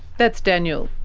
that's daniel.